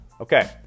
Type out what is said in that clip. Okay